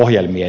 puhemies